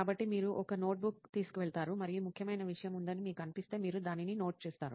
కాబట్టి మీరు ఒక నోట్బుక్ తీసుకువెళతారు మరియు ముఖ్యమైన విషయం ఉందని మీకు అనిపిస్తే మీరు దానిని నోట్ చేస్తారు